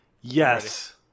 Yes